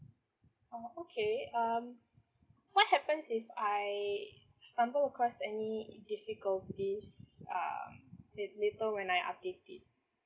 oh okay um what happens if I stumble across any difficulties um if later when I update it